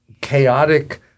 chaotic